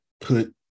put